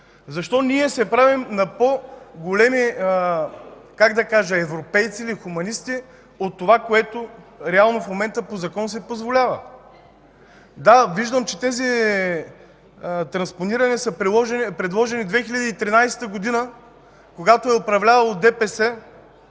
Защо ние се правим на по-големи, как да кажа, европейци ли, хуманисти ли от това, което реално в момента по Закон се позволява? Да, виждам, че тези транспонирания са предложени 2013 г., когато е управлявало